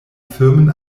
firmen